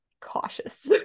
cautious